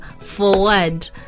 forward